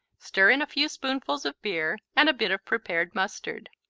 stir in a few spoonfuls of beer and a bit of prepared mustard.